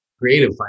creative